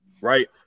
right